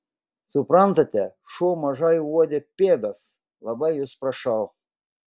suprantate šuo mažai uodė pėdas labai jus prašau